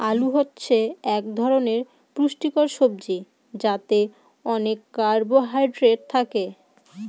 আলু হচ্ছে এক ধরনের পুষ্টিকর সবজি যাতে অনেক কার্বহাইড্রেট থাকে